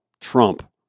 Trump